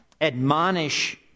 admonish